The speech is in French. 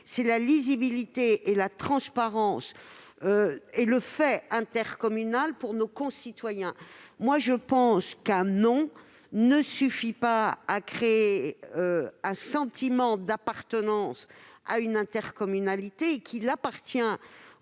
savoir la lisibilité et la transparence du fait intercommunal pour nos concitoyens. À mes yeux, un nom ne saurait suffire à créer un sentiment d'appartenance à une intercommunalité : il appartient aux